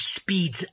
speeds